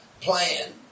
plan